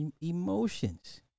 emotions